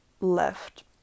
left